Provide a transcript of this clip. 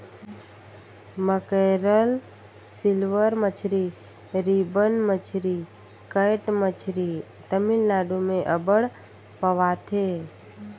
mackerel, silver मछरी, ribbon मछरी, cat मछरी तमिलनाडु में अब्बड़ पवाथे